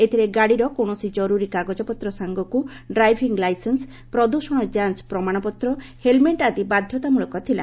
ଏଥିରେ ଗାଡିର କୌଣସି ଜରୁରୀ କାଗଜପତ୍ର ସାଙ୍ଗକୁ ଡ୍ରାଇଭିଂ ଲାଇସେନ୍ସ ପ୍ରଦୃଷଣ ଯାଞ ପ୍ରମାଣପତ୍ର ହେଲମେଟ ଆଦି ବାଧ୍ଘତାମୂଳକ ଥିଲା